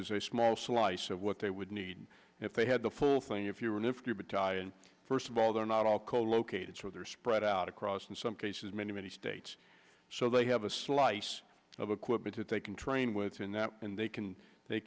is a small slice of what they would need if they had the full plane if you were never tired first of all they're not all co located so they're spread out across some cases many many states so they have a slice of equipment that they can train within that and they can they